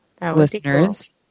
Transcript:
listeners